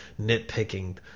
nitpicking